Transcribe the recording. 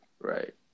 Right